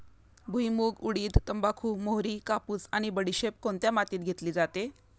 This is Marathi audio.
भुईमूग, उडीद, तंबाखू, मोहरी, कापूस आणि बडीशेप कोणत्या मातीत घेतली जाते?